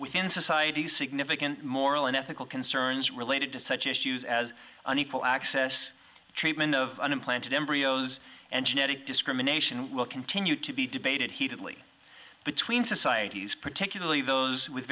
within society significant moral and ethical concerns related to such issues as an equal access treatment of an implanted embryos and genetic discrimination will continue to be debated heatedly between societies particularly those with